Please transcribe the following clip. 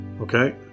Okay